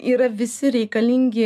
yra visi reikalingi